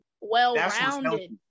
well-rounded